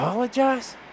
Apologize